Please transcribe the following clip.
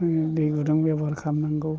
दै गुदुं बेब'हार खालामनांगौ